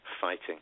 fighting